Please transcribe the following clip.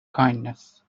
kindness